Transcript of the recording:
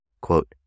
quote